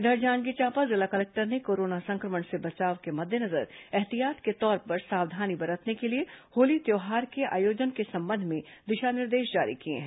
इधर जांजगीर चांपा जिला कलेक्टर ने कोरोना संक्रमण से बचाव के मद्देनजर ऐहतियात के तौर पर सावधानी बरतने के लिए होली त्योहार के आयोजन के संबंध में दिशा निर्देश जारी किए हैं